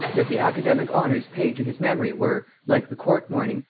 that the academic honors paid to his memory were, like the court-mourning,